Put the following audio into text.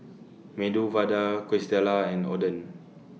Medu Vada Quesadillas and Oden